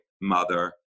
mother